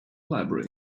library